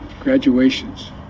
graduations